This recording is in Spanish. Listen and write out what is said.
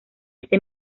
ese